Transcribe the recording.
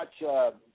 watch